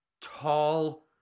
tall